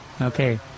Okay